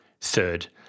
Third